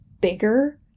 bigger